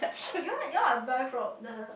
you know what you know I buy from the